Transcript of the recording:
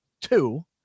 two